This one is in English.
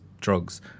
drugs